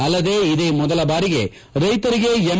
ಅಲ್ಲದೇ ಇದೇ ಮೊದಲ ಬಾರಿಗೆ ರೈತರಿಗೆ ಎಂ